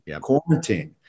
quarantine